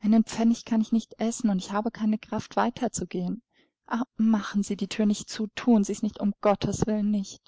einen pfennig kann ich nicht essen und ich habe keine kraft weiter zu gehen ah machen sie die thür nicht zu thun sie's nicht um gottes willen nicht